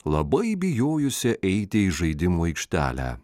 labai bijojusia eiti į žaidimų aikštelę